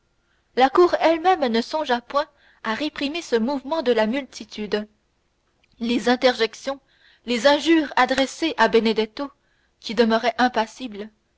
la cour elle-même ne songea point à réprimer ce mouvement de la multitude les interjections les injures adressées à benedetto qui demeurait impassible